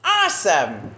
awesome